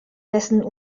dessen